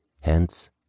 hence